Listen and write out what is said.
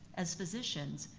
as physicians,